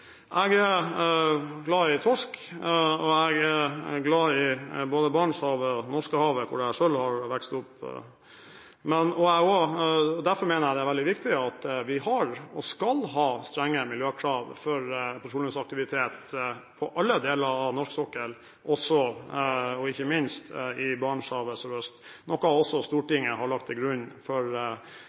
Jeg er glad i torsk, og jeg er glad i både Barentshavet og Norskehavet hvor jeg selv har vokst opp. Derfor mener jeg det er veldig viktig at vi har og skal ha strenge miljøkrav for petroleumsaktivitet på alle deler av norsk sokkel, og ikke minst i Barentshavet sørøst, noe også Stortinget har lagt til grunn for